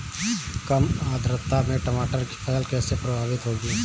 कम आर्द्रता में टमाटर की फसल कैसे प्रभावित होगी?